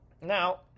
Now